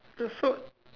uh so